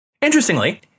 Interestingly